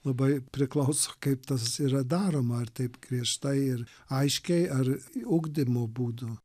labai priklauso kaip tas yra daroma ar taip griežtai ir aiškiai ar ugdymo būdu